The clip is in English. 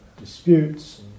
disputes